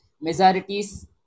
majorities